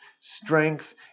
Strength